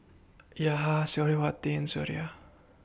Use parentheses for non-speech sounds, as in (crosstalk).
(unintelligible) Suriawati and Suraya